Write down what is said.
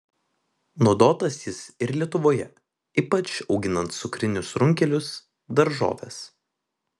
naudotas jis ir lietuvoje ypač auginant cukrinius runkelius daržoves